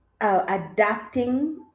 adapting